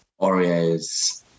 Oreos